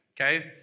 Okay